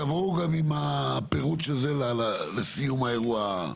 תבואו גם עם הפירוט של זה לסיום האירוע.